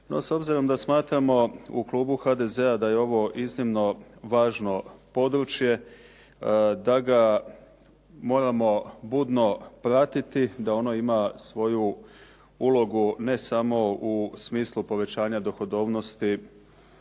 No, s obzirom da smatramo u klubu HDZ-a da je ovo iznimno važno područje, da ga moramo budno pratiti, da ono ima svoju ulogu ne samo u smislu povećanja dohodovnosti